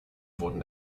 wurden